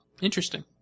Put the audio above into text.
interesting